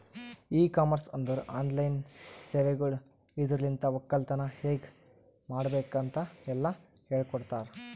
E commerce ಅಂದುರ್ online ಸೇವೆಗೊಳ್ ಇದುರಲಿಂತ್ ಒಕ್ಕಲತನ ಹೇಗ್ ಮಾಡ್ಬೇಕ್ ಅಂತ್ ಎಲ್ಲಾ ಹೇಳಕೊಡ್ತಾರ್